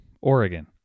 Oregon